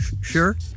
Sure